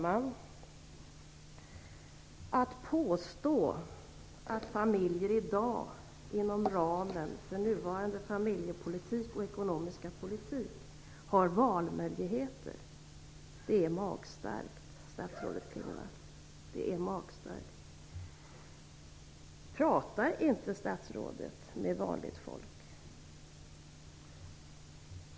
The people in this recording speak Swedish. Herr talman! Att inom ramen för nuvarande familjepolitik och ekonomiska politik påstå att familjer i dag har valmöjligheter är magstarkt, statsrådet Klingvall. Talar inte statsrådet med vanligt folk?